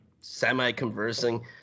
semi-conversing